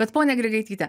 bet ponia grigaityte